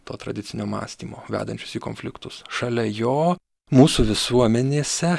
to tradicinio mąstymo vedančius į konfliktus šalia jo mūsų visuomenėse